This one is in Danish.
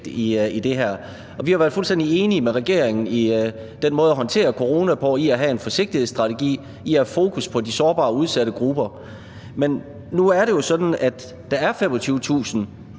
Vi har været fuldstændig enige med regeringen i den måde at håndtere corona på, altså i at have en forsigtighedsstrategi og i at have fokus på de sårbare og udsatte grupper. Men nu er det jo sådan, at der er 25.000